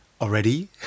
already